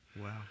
Wow